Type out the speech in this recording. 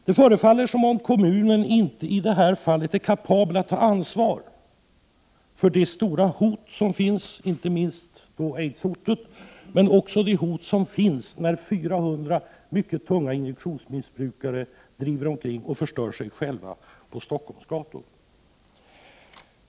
Det förefaller som om kommunen i det här fallet inte är kapabel att ta ansvar för de stora hot som finns — inte minst aidshotet men också det hot det innebär att 400 mycket tunga injektionsmissbrukare driver omkring och förstör sig själva på Stockholms gator.